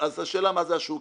אז השאלה מה זה השוק.